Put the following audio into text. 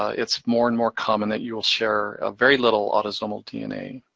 it's more and more common that you will share a very little autosomal dna.